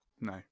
no